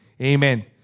Amen